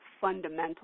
fundamental